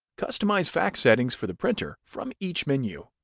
customize fax settings for the printer from each menu.